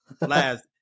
Last